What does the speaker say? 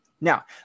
Now